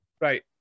Right